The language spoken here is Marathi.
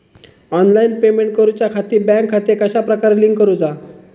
ऑनलाइन पेमेंट करुच्याखाती बँक खाते कश्या प्रकारे लिंक करुचा?